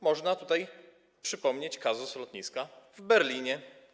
Można tutaj przypomnieć kazus lotniska w Berlinie.